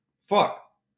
fuck